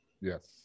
Yes